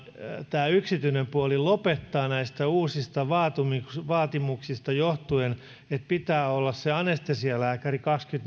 tämä yksityinen puoli lopettaa kokonaan nämä pehmytkirurgian leikkaustoimenpiteet näistä uusista vaatimuksista vaatimuksista johtuen että pitää olla se anestesialääkäri